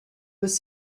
was